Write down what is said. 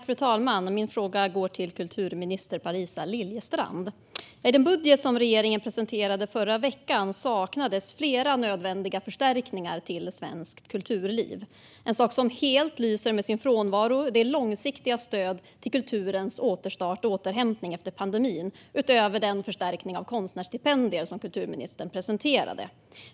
Fru talman! Min fråga går till kulturminister Parisa Liljestrand. I den budget som regeringen presenterade förra veckan saknas flera nödvändiga förstärkningar till svenskt kulturliv. En sak som helt lyser med sin frånvaro är långsiktiga stöd till kulturens återstart och återhämtning efter pandemin utöver den förstärkning av konstnärsstipendier som kulturministern presenterade.